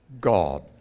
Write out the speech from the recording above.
God